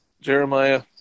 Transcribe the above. Jeremiah